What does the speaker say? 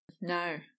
No